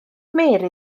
mary